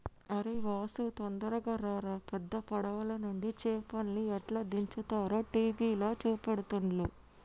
అరేయ్ వాసు తొందరగా రారా పెద్ద పడవలనుండి చేపల్ని ఎట్లా దించుతారో టీవీల చూపెడుతుల్ను